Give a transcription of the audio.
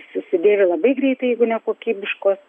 susidėvi labai greitai jeigu nekokybiškos